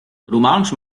rumantsch